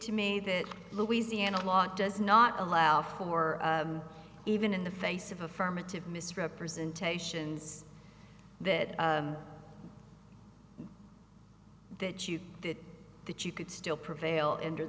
to me that louisiana law does not allow for even in the face of affirmative misrepresentations that that you did that you could still prevail enter